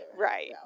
right